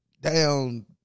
down